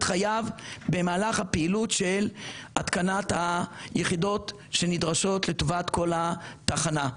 חייו במהלך הפעילות של התקנת היחידות שנדרשות לטובת כל התחנה.